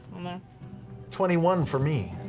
yeah twenty one for me.